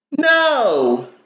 NO